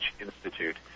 Institute